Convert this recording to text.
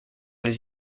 les